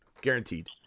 Guaranteed